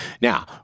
Now